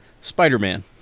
Spider-Man